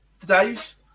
today's